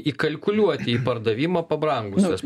įkalkuliuoti į pardavimą pabrangusias